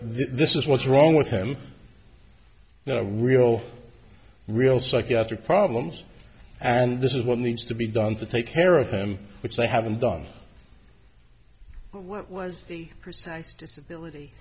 this is what's wrong with him now a real real psychiatric problems and this is what needs to be done to take care of him which they haven't done what was the precise disability